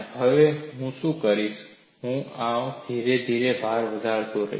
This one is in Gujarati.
હવે હું શું કરીશ હું આમાં ધીમે ધીમે ભાર વધારતો રહીશ